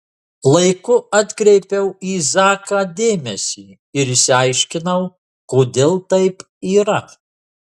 laiku atkreipiau į zaką dėmesį ir išsiaiškinau kodėl taip yra